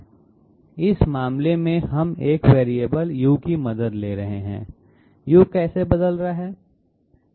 इस मामले में हम एक वेरिएबल u की मदद ले रहे हैं u कैसे बदल रहा है